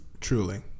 Truly